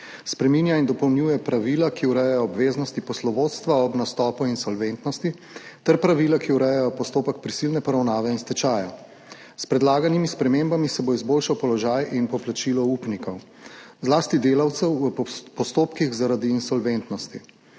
Spreminja in dopolnjuje pravila, ki urejajo obveznosti poslovodstva ob nastopu insolventnosti, ter pravila, ki urejajo postopek prisilne poravnave in stečaja. S predlaganimi spremembami se bo izboljšal položaj in poplačilo upnikov, zlasti delavcev, v postopkih zaradi insolventnosti.